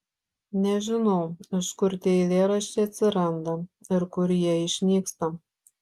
nežinau iš kur tie eilėraščiai atsiranda ir kur jie išnyksta